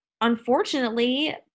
unfortunately